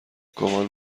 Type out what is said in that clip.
گمان